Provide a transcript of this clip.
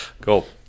Cool